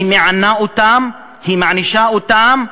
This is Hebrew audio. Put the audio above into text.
היא מענה אותם, היא מענישה אותם,